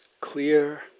clear